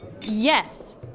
Yes